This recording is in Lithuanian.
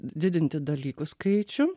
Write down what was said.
didinti dalykų skaičių